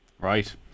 Right